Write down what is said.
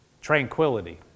tranquility